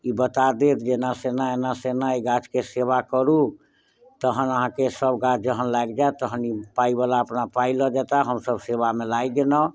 बता देत जे से एना से एना अछि गाछके सेबा करू तहन अहाँके सब गाछ जहन लागि जायत तहन ई पाइबला अपना पाइ लऽ जेता हमसब सेबामे लागि गेलहुॅं